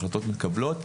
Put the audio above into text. ההחלטות מתקבלות,